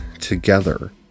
together